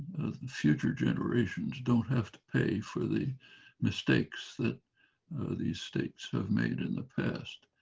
the future generations don't have to pay for the mistakes that these states have made in the past.